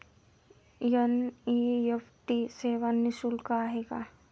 NEFT सेवा निःशुल्क आहे का?